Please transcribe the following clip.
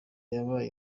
yabaye